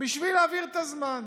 בשביל להעביר את הזמן.